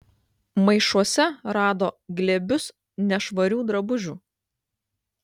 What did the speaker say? maišuose rado glėbius nešvarių drabužių